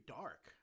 dark